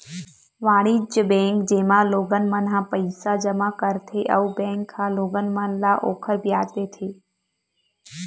वाणिज्य बेंक, जेमा लोगन मन ह पईसा जमा करथे अउ बेंक ह लोगन मन ल ओखर बियाज देथे